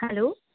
hello